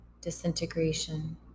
disintegration